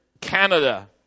Canada